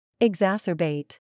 Exacerbate